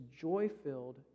joy-filled